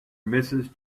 mrs